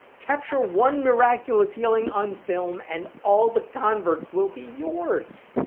capture one miraculous healing on film and all the converts will be yours!